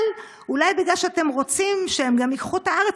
ואולי בגלל שאתם רוצים שהם גם ייקחו את הארץ,